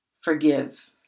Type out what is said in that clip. forgive